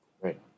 right